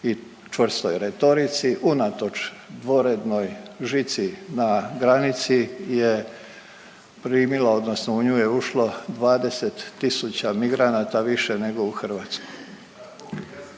i čvrstoj retorici, unatoč dvorednoj žici na granici je primilo odnosno u nju je ušlo 20 tisuća migranata više nego u Hrvatsku.